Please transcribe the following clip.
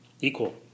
Equal